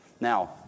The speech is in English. Now